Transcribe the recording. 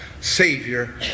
savior